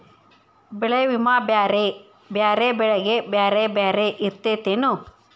ಬೆಳೆ ವಿಮಾ ಬ್ಯಾರೆ ಬ್ಯಾರೆ ಬೆಳೆಗೆ ಬ್ಯಾರೆ ಬ್ಯಾರೆ ಇರ್ತೇತೆನು?